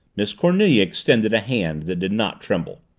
miss cornelia extended a hand that did not tremble.